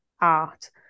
art